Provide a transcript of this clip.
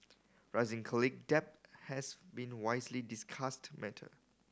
rising debt has been wisely discussed matter